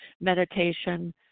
meditation